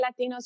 Latinos